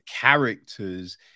characters